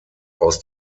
aus